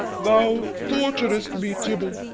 thou torturest me, tubal